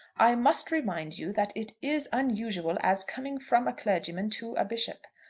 i must remind you that it is unusual as coming from a clergyman to a bishop.